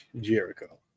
Jericho